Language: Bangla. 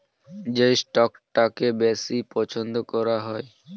যে স্টকটাকে বেশি পছন্দ করা হয়